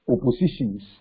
oppositions